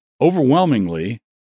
overwhelmingly